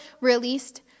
released